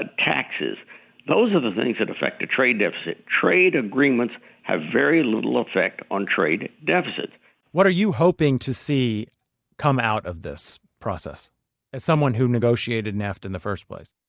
ah taxes those are the things that affect the trade deficit. trade agreements have very little effect on trade deficits what are you hoping to see come out of this process as someone who negotiated nafta in the first place?